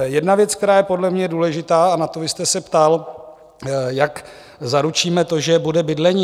Jedna věc, která je podle mě důležitá, a na tu vy jste se ptal, jak zaručíme to, že bude bydlení.